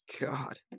God